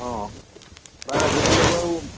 অঁ বাৰু আজিকালি বাৰু